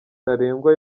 ntarengwa